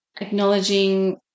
acknowledging